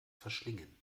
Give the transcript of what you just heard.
verschlingen